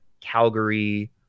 Calgary